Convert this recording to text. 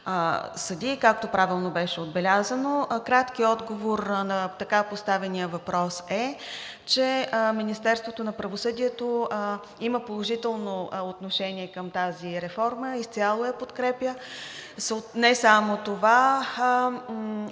както правилно беше отбелязано. Краткият отговор на така поставения въпрос е, че Министерството на правосъдието има положително отношение към тази реформа, изцяло я подкрепя, не само това.